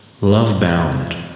love-bound